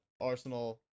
Arsenal